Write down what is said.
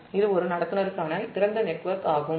இது ஒரு கடத்திக்கான திறந்த நெட்வொர்க் ஆகும்